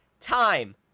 time